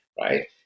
right